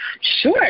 Sure